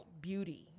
beauty